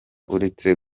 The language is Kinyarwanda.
uretse